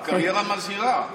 קריירה מזהירה.